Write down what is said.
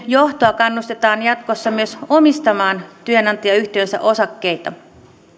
johtoa kannustetaan jatkossa myös omistamaan työnantajayhtiönsä osakkeita